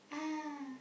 ah